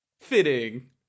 Fitting